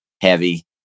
heavy